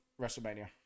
Wrestlemania